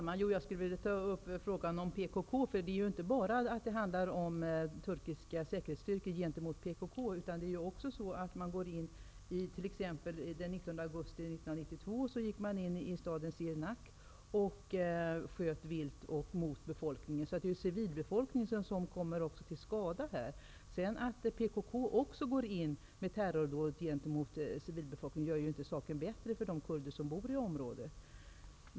Herr talman! Jag skulle vilja ta upp frågan om PKK. Det handlar inte bara om turkiska säkerhetsstyrkor mot PKK. Den 19 augusti 1992 gick man t.ex. in i staden Sirnak och sköt vilt mot befolkningen. Det är civilbefolkningen som kommer till skada. Att PKK också utför terroristdåd mot civilbefolkningen gör inte saken bättre för de kurder som bor i området.